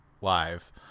live